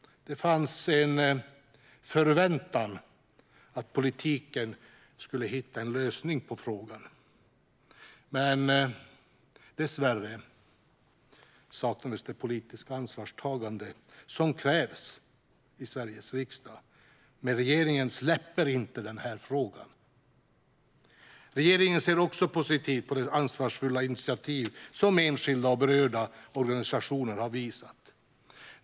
Det fanns en förväntan på att politiken skulle hitta en lösning på frågan, men dessvärre saknades det politiska ansvarstagande som krävs i Sveriges riksdag. Men regeringen släpper inte denna fråga. Regeringen ser positivt på det ansvarsfulla initiativ som enskilda och berörda organisationer har visat.